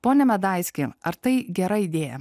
pone medaiskį ar tai gera idėja